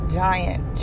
giant